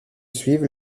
suivent